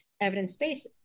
evidence-based